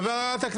ארבל,